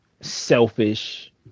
selfish